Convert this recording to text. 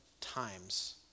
times